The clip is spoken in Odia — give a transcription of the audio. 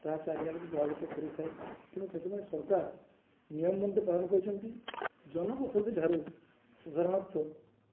ତାହା ଚାରିଆଡ଼କୁ ପ୍ରଭାବିତ କରିଥାଏ ତେଣୁ ସେଥିପାଇଁ ସରକାର ନିୟମ ପାଳନ କରିଛନ୍ତି ଜନବସତି ଠାରୁ ସାଧାରଣତଃ